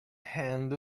hand